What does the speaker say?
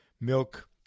milk